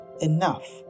enough